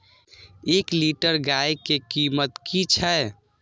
एक लीटर गाय के कीमत कि छै?